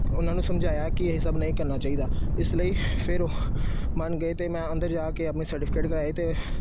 ਉਹਨਾਂ ਨੂੰ ਸਮਝਾਇਆ ਕਿ ਇਹ ਸਭ ਨਹੀਂ ਕਰਨਾ ਚਾਹੀਦਾ ਇਸ ਲਈ ਫਿਰ ਉਹ ਮੰਨ ਗਏ ਅਤੇ ਮੈਂ ਅੰਦਰ ਜਾ ਕੇ ਆਪਣੇ ਸਰਟੀਫਕੇਟ ਕਰਵਾਏ ਅਤੇ